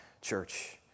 church